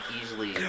easily